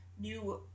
new